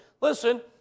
Listen